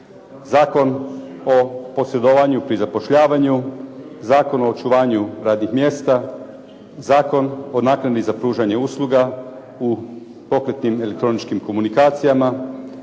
Zakon o posredovanju pri zapošljavanju, Zakon o očuvanju radnih mjesta, Zakon o naknadi za pružanje usluga u pokretnim elektroničkim komunikacijama,